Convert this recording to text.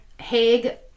Haig